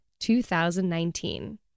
2019